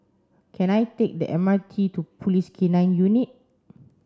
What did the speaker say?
can I take the M R T to Police K nine Unit